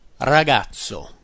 ragazzo